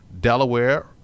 Delaware